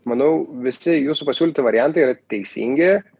manau visi jūsų pasiūlyti variantai yra teisingi